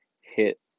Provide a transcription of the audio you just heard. hit